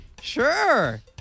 Sure